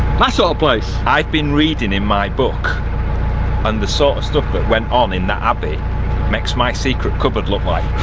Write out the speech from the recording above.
so ah place. ive been reading in my book and the sort of stuff that went on in that abbey makes my secret cupboard look like